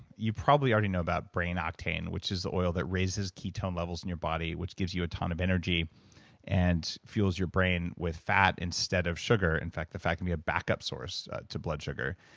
you probably already know about brain octane, which is oil that raises ketone levels in your body, which gives you a ton of energy and fuels your brain with fat instead of sugar. in fact, the fact we have ah backup source to blood sugar.